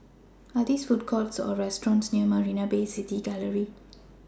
Are There Food Courts Or restaurants near Marina Bay City Gallery